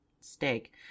steak